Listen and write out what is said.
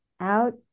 out